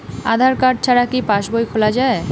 আধার card ছাড়া কি পাসবই খোলা যায়?